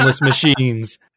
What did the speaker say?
machines